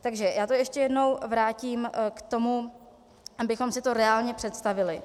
Takže já to ještě jednou vrátím k tomu, abychom si to reálně představili.